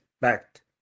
backed